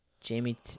Jamie